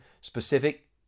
specific